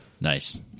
Nice